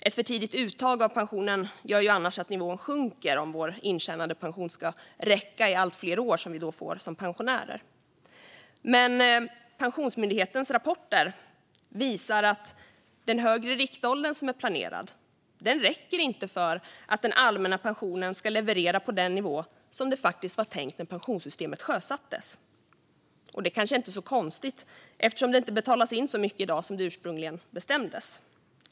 Ett för tidigt uttag av pensionen gör annars att nivån sjunker om vår intjänade pension ska räcka i de allt fler år vi då får som pensionärer. Men Pensionsmyndighetens rapporter visar att den högre riktåldern som är planerad inte räcker för att den allmänna pensionen ska leverera på den nivå som det var tänkt när pensionssystemet sjösattes. Det kanske inte är så konstigt eftersom det inte betalas in så mycket i dag som det ursprungligen bestämdes.